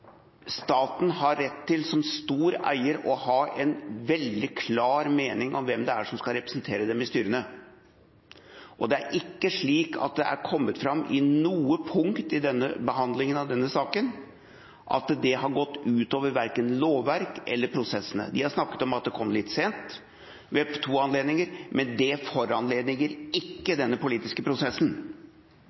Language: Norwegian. staten som stor eier har rett til å ha en veldig klar mening om hvem det er som skal representere dem i styrene, og det er ikke slik at det på noe punkt i behandlingen av denne saken er kommet fram at det har gått ut over verken lovverket eller prosessene. De har snakket om at det ved to anledninger kom litt sent, men det foranlediger ikke denne politiske prosessen.